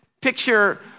picture